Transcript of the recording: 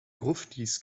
gruftis